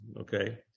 Okay